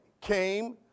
came